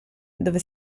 dove